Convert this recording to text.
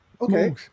okay